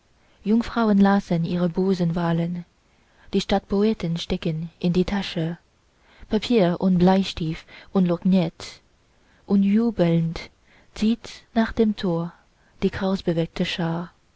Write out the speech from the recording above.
jungfrauen lassen ihre busen wallen die stadtpoeten stecken in die tasche papier und bleistift und lorgnett und jubelnd zieht nach dem tor die krausbewegte schar